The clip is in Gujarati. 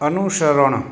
અનુસરણ